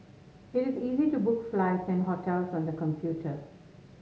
it is easy to book flights and hotels on the computer